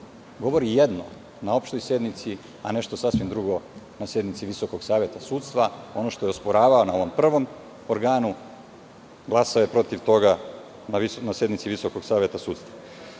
govori jedno na opštoj sednici, a nešto sasvim drugo na sednici Visokog saveta sudstva. Ono što je osporavao na ovom prvom organu, glasao je protiv toga na sednici Visokog saveta sudstva. Ono